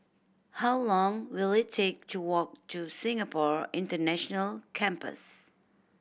how long will it take to walk to Singapore International Campus